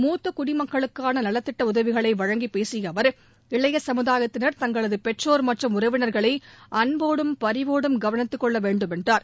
மூத்த குடிமக்களுக்கான நலத்திட்ட உதவிகளை வழங்கிப்பேசிய அவர் இளைய சமுதாயத்தினர் தங்களது பெற்றோர் மற்றும் உறவினர்களை அன்போடும் பரிவோடும் கவனித்துக்கொள்ள வேண்டும் என்றார்